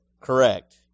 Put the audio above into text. correct